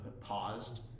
paused